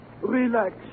Relax